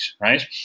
right